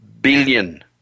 billion